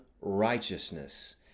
righteousness